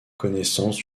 connaissance